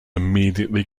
immediately